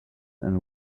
and